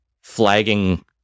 flagging